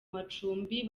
macumbi